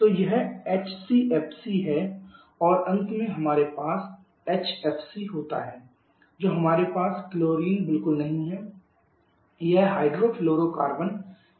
तो यह एचसीएफसी है और अंत में हमारे पास एचएफसी हो सकता है जहां हमारे पास क्लोरीन बिल्कुल नहीं है यह हाइड्रोफ्लोरोकार्बन है